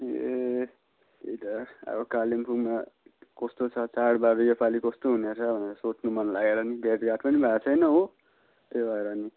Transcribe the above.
ए त्यही त अब कालिम्पोङमा कस्तो छ चाडबाड यो पाली कस्तो हुने रहेछ भनेर सोध्नु मन लागेर नि भेटघाट पनि भएको छैन हो त्यही भएर नि